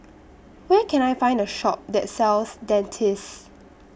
Where Can I Find A Shop that sells Dentiste